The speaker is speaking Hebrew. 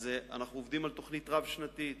אז אנחנו עובדים על תוכנית רב-שנתית.